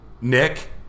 Nick